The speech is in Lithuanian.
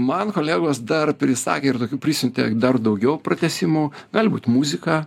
man kolegos dar prisakė ir tokių prisiuntė dar daugiau pratęsimų gali būt muzika